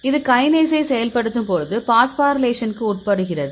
இது கைனேஸை செயல்படுத்தும் போது பாஸ்போரிலேஷனுக்கு உட்படுகிறது